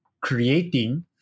creating